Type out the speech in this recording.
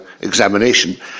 examination